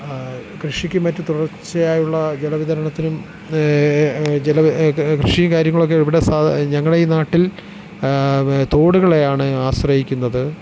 കൃഷിക്ക് മറ്റു തുടർച്ചയായുള്ള ജലവിതരണത്തിനും ജലം കൃഷിയും കാര്യങ്ങളൊക്കെ ഇവിടെ സാധാരണാ ഞങ്ങളെ ഈ നാട്ടിൽ തോടുകളെയാണ് ആശ്രയിക്കുന്നത്